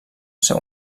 seu